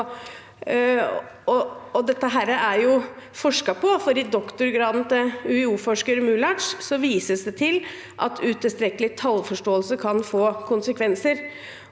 Dette er forsket på. I doktorgraden til UiO-forsker Mulac vises det til at utilstrekkelig tallforståelse kan få konsekvenser.